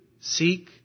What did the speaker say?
seek